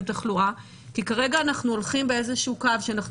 תחלואה כי כרגע אנחנו הולכים באיזה שהוא קו שאנחנו